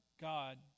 God